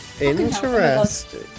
interesting